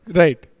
right